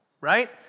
right